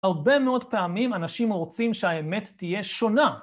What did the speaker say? הרבה מאוד פעמים אנשים רוצים שהאמת תהיה שונה.